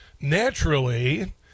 Naturally